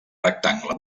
rectangle